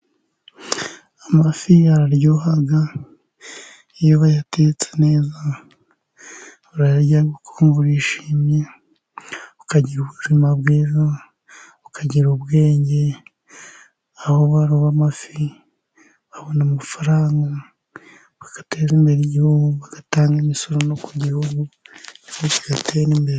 Amafi araryoha iyo wayatetse neza, urayarya ukumva urishimye, ukagira ubuzima bwiza, ukagira ubwenge, aho abaroba amafi, babona amafaranga, bagateza imbere igihugu bagatanga imisoro no ku gihugu, ndetse kigatera imbere.